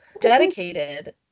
Dedicated